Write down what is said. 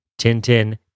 Tintin